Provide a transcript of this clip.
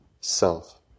self